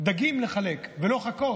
לחלק דגים ולא חכות,